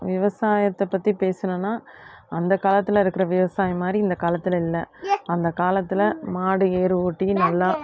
விவசாயத்தை பற்றி பேசணும்னால் அந்த காலத்தில் இருக்கிற விவசாயம் மாதிரி இந்த காலத்தில் இல்லை அந்த காலத்தில் மாடு ஏர் ஓட்டி நல்லா